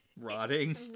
Rotting